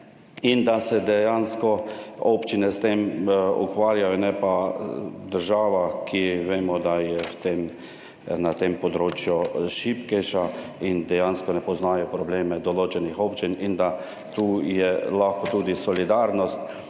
in da se dejansko občine s tem ukvarjajo, ne pa država, ki vemo, da je v tem, na tem področju šibkejša in dejansko ne poznajo probleme določenih občin. In da tu je lahko tudi solidarnost